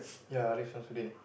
ya late Shamsuddin